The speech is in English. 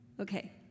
Okay